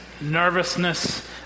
nervousness